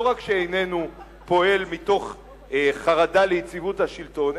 לא רק שאיננו פועל מתוך חרדה ליציבות השלטון,